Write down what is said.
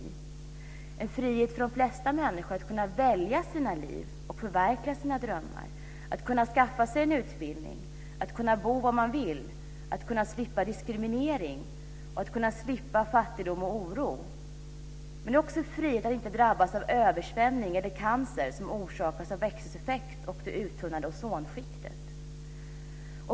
Är det en frihet för de flesta människor att kunna välja sina liv och förverkliga sina drömmar, att kunna skaffa sig en utbildning, att kunna bo var man vill, att kunna slippa diskriminering och att kunna slippa fattigdom och oro? Men det är också frihet att inte drabbas av översvämning eller av cancer som orsakas av växthuseffekten och det uttunnade ozonskiktet.